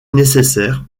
nécessaire